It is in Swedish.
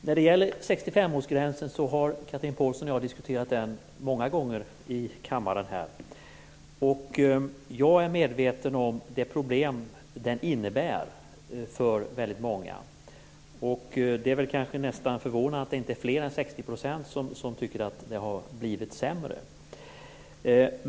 Fru talman! Chatrine Pålsson och jag har diskuterat 65-årsgränsen många gånger i denna kammare. Jag är medveten om det problem som den innebär för väldigt många. Kanske kan man säga att det nästan är förvånande att det inte är mer än 60 % som tycker att det har blivit sämre.